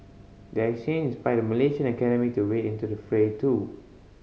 their exchange inspired a Malaysian academic to wade into the fray too